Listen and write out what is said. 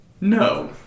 No